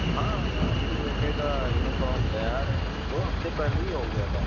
ہاں ہاں آپ کے بیٹے کا یونیفارم تیار ہے دو ہفتہ پہلے ہی ہو گیا تھا